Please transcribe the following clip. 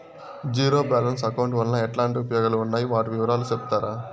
Zero balance account వలన ఎట్లాంటి ఉపయోగాలు ఉన్నాయి? వాటి వివరాలు సెప్తారా?